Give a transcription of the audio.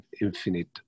infinite